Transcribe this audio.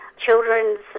children's